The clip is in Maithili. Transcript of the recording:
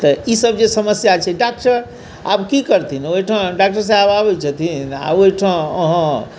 तऽ ई सभ जे समस्या छै डाक्टर आब की करथिन ओहिठाम डाक्टर साहब आबैत छथिन ओहिठाम अहाँ